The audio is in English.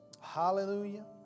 Hallelujah